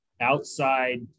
outside